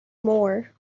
more